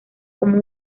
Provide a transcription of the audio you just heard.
como